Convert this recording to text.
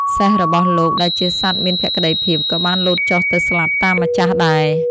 សេះរបស់លោកដែលជាសត្វមានភក្តីភាព ក៏បានលោតចុះទៅស្លាប់តាមម្ចាស់ដែរ។